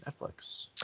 Netflix